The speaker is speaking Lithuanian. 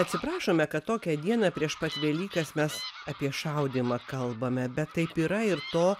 atsiprašome kad tokią dieną prieš pat velykas mes apie šaudymą kalbame bet taip yra ir to